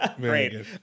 Great